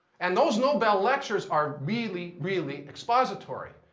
and those nobel lectures are really, really expository.